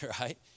right